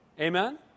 Amen